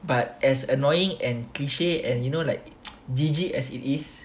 but as annoying and cliche and you know like jijik as it is